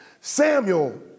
Samuel